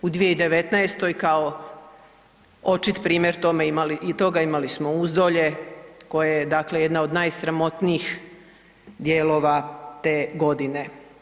U 2019. kao očit primjer toga, imali smo u Uzdolje, koja je dakle jedna od najsramotnijih dijelova te godine.